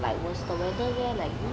was the weather there like good